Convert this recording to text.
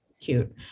cute